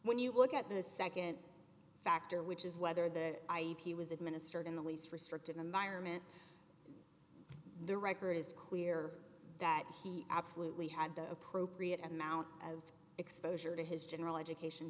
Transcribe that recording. when you look at the nd factor which is whether the ip was administered in the least restrictive environment the record is clear that he absolutely had the appropriate amount of exposure to his general education